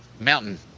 mountain